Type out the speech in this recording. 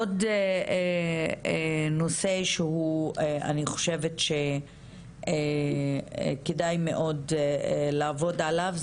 עוד נושא שאני חושבת שכדאי מאד לעבוד עליו,